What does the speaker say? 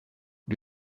dwi